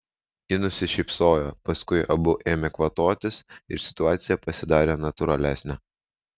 ji nusišypsojo paskui abu ėmė kvatotis ir situacija pasidarė natūralesnė